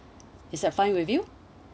is it uh fine with you